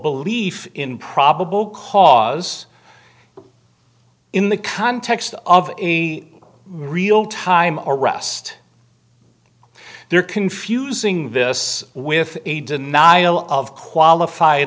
belief in probable cause in the context of real time arrest they are confusing this with a denial of qualified